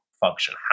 function